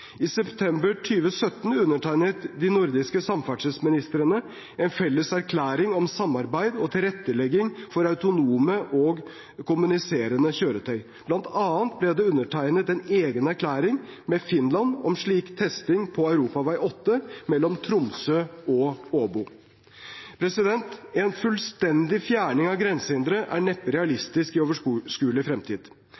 I september 2017 undertegnet de nordiske samferdselsministrene en felles erklæring om samarbeid og tilrettelegging for autonome og kommuniserende kjøretøy. Blant annet ble det undertegnet en egen erklæring med Finland om slik testing på Europavei 8 mellom Tromsø og Åbo. En fullstendig fjerning av grensehindre er neppe